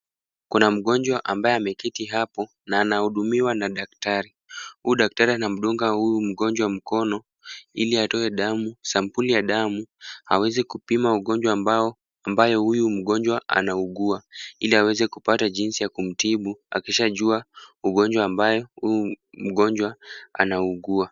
Kuna mgonjwa ambaye ameketi hapo na anahudumiwa na daktari. Huyu daktari anamdunga huyu mgonjwa mkono ili atoe damu, sampuli damu aweze kupima ugonjwa ambao huyu mgonjwa anaugua ili aweze kupata jinsi kumtibu akishajua ugonjwa ambaye huyu mgonjwa anaugua.